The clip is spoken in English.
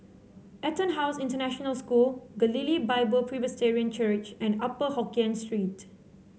EtonHouse International School Galilee Bible Presbyterian Church and Upper Hokkien Street